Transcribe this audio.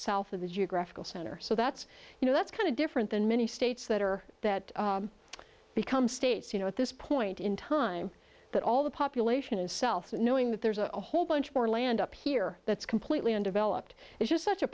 south of the geographical center so that's you know that kind of different than many states that are that become states you know at this point in time that all the population itself knowing that there's a whole bunch more land up here that's completely undeveloped and just such a